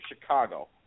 Chicago